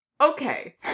okay